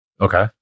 okay